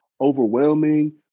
Overwhelming